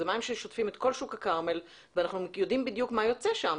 זה מים ששוטפים את כול שוק הכרמל ואנחנו יודעים בדיוק מה יוצא שם,